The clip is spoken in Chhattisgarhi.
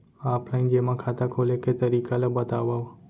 ऑफलाइन जेमा खाता खोले के तरीका ल बतावव?